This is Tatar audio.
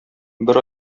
бер